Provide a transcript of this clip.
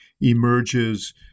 emerges